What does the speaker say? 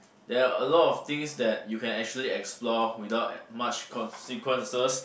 there are a lot of things that you can actually explore without much consequences